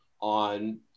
on